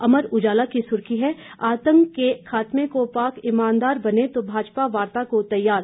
अमर उजाला की सुर्खी है आतंक के खात्मे को पाक ईमानदार बने तो भाजपा वार्ता को तैयार